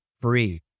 free